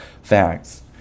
facts